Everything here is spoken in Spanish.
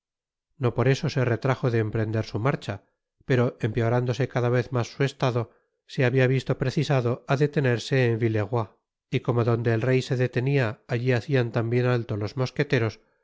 no por eso se retrajo de emprender su marcha pero empeorándose cada vez mas su estado se habia visto precisado á detenerse en villerov y como donde el rey se detenia alli hacian tambien alto los mosqueteros